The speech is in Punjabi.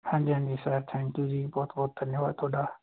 ਹਾਂਜੀ ਹਾਂਜੀ ਸਰ ਥੈਂਕ ਯੂ ਜੀ ਬਹੁਤ ਬਹੁਤ ਧੰਨਵਾਦ ਤੁਹਾਡਾ